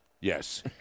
Yes